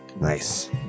Nice